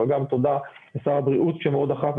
אבל גם תודה לשר הבריאות שמאוד דחף,